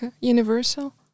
universal